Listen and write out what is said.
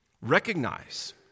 recognize